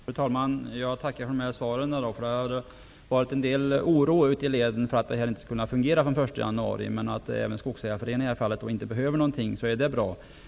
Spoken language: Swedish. Fru talman! Jag tackar för de här svaren. Det har varit en del oro ute i leden för att det här inte skulle fungera fr.o.m. den 1 januari. Men är det så att det inte krävs några ändringar för att Skogsägarföreningarna skall kunna fortsätta sitt arbete är det bra.